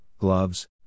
gloves